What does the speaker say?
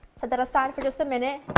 set that aside for just a minute.